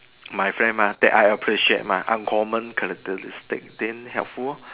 my friend mah that I appreciate mah uncommon characteristics then helpful lor